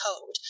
code